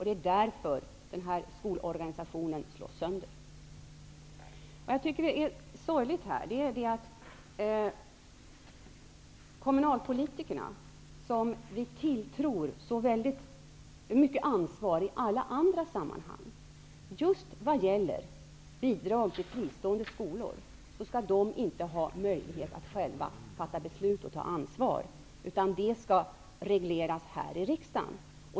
Det är därför som skolorganisationen slås sönder. Det jag tycker är sorgligt är de kommunalpolitiker som vi tilltror och ger så mycket ansvar i alla andra sammanhang just vad gäller bidrag till fristående skolor inte skall ha möjlighet att själva fatta beslut och ta ansvar, utan det skall regleras här i riksdagen.